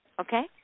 Okay